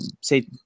say